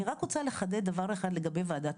אני רק רוצה לחדד דבר אחד לגבי ועדת